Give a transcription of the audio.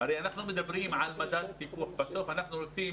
הרי אנחנו מדברים על מדד פיתוח ובסוף אנחנו רוצים